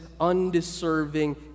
undeserving